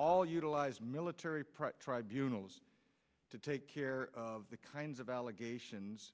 all utilize military tribunals to take care of the kinds of allegations